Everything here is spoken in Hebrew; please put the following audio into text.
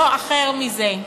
לא אחר מזה.